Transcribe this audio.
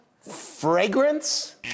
fragrance